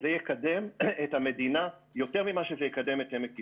זה יקדם את המדינה יותר ממה שזה יקדם את עמק יזרעאל.